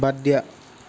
বাদ দিয়া